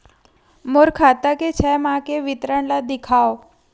मोर खाता के छः माह के विवरण ल दिखाव?